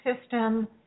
system